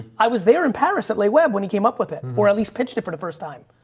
i was there in paris at le webb when he came up with it, or at least pitched it for the first time,